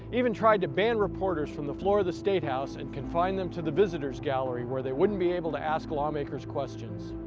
even tried to ban reporters from the floor of the state house and confine them to the visitors gallery where they wouldn't be able to ask lawmakers questions.